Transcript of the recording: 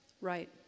Right